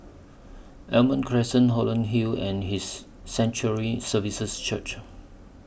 Almond Crescent Holland Hill and His Sanctuary Services Church